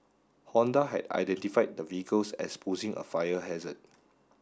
Honda had identified the vehicles as posing a fire hazard